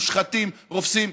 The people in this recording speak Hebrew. מושחתים, רופסים,